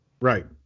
Right